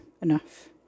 Enough